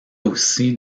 aussi